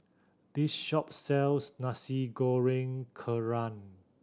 this shop sells Nasi Goreng Kerang